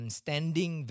standing